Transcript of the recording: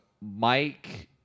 Mike